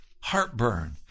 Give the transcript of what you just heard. heartburn